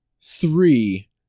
three